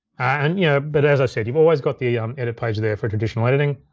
and yeah but as i said, you've always got the um edit page there for traditional editing.